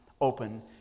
open